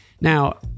Now